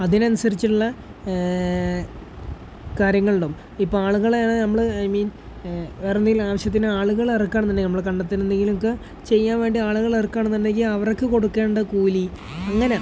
അതിനനുസരിച്ചുള്ള കാര്യങ്ങളുണ്ടാവും ഇപ്പോൾ ആളുകളെയാണ് നമ്മൾ ഐ മീൻ വേറെയെന്തെങ്കിലും ആവശ്യത്തിന് ആളുകൾ ഇറക്കുകയാണെന്നുണ്ടെങ്കിൽ നമ്മൾ കണ്ടത്തിന് എന്തെങ്കിലും ഒക്കെ ചെയ്യാൻ വേണ്ടി ആളുകളെ ഇറക്കുകയാണെന്നുണ്ടെങ്കിൽ അവർക്ക് കൊടുക്കേണ്ട കൂലി അങ്ങനെ